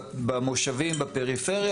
במושבים בפריפריה,